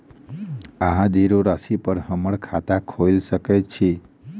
अहाँ जीरो राशि पर हम्मर खाता खोइल सकै छी?